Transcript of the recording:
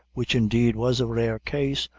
which indeed was a rare case,